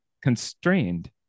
constrained